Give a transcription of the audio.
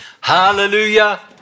Hallelujah